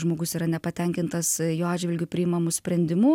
žmogus yra nepatenkintas jo atžvilgiu priimamu sprendimu